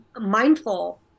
mindful